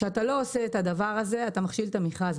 כשאתה לא עושה את הדבר הזה אתה מכשיל את המכרז,